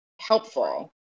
helpful